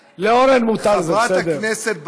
חברת הכנסת בראשי,